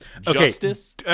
Justice